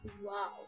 Wow